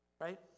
Right